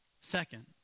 second